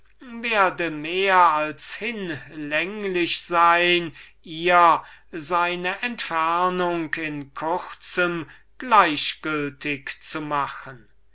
werde mehr als hinlänglich sein ihr seine entfernung in kurzem gleichgültig zu machen